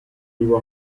vivo